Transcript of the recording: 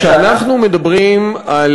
כשאנחנו מדברים על